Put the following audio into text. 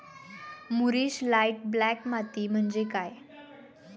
मूरिश light black माती म्हणजे काय?